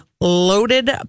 loaded